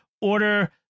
order